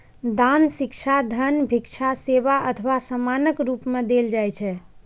दान शिक्षा, धन, भिक्षा, सेवा अथवा सामानक रूप मे देल जाइ छै